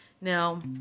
now